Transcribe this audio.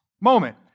moment